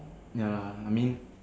ya I mean